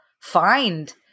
find